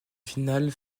finale